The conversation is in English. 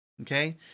okay